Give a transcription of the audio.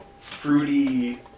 fruity